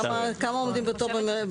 כמה קשישים יש בתור.